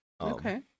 Okay